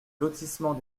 lotissement